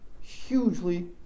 hugely